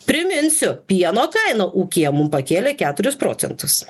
priminsiu pieno kainą ūkyje mum pakėlė keturis procentus